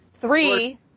three